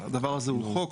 הדבר הזה הוא חוק,